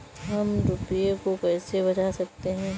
हम रुपये को कैसे बचा सकते हैं?